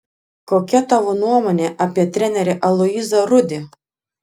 kokia tavo nuomonė apie trenerį aloyzą rudį